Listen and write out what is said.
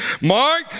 Mark